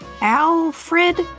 Alfred